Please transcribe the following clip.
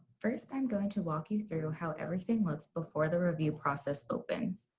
first i'm going to walk you through how everything looks before the review process opens.